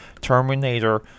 Terminator